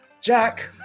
Jack